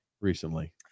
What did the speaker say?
recently